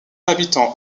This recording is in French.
habitant